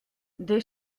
des